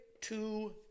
two